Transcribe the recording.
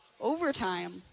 overtime